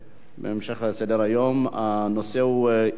הנושא הוא: איומים על עובדי "כלל ביטוח",